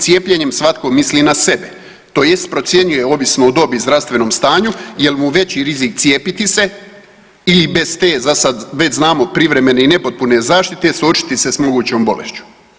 Cijepljenjem svatko misli na sebe tj. procjenjuje ovisno o dobi i zdravstvenom stanju jel mu veći rizik cijepiti se ili bez te zasad već znamo privremene i nepotpune zaštite suočiti s mogućom bolešću.